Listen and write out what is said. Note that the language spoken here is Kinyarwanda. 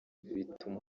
bituma